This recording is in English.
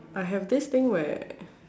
I have this thing where